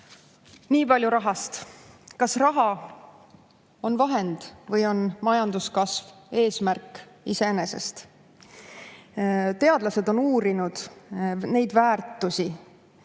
Nii palju rahast. Kas raha on vahend millekski või on majanduskasv eesmärk iseeneses? Teadlased on uurinud neid väärtusi,